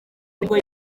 nibwo